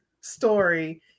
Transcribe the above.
story